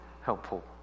helpful